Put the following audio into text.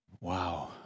Wow